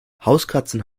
hauskatzen